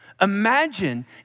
imagine